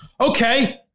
Okay